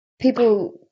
people